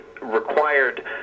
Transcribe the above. required